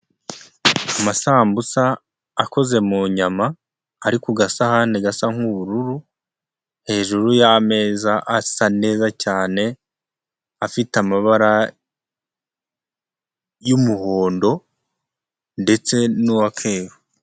Amasambusa akoze mu nyama, ari ku gasahani gasa nk'ubururu hejuru yameza asa neza cyane, afite amabara y'umuhondo ndetse nuwa keru.